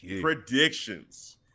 predictions